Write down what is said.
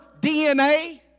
DNA